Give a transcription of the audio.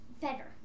Better